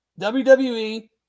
WWE